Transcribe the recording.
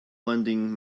lending